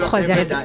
Troisième